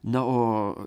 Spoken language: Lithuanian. na o